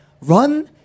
run